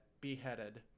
beheaded